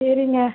சரிங்க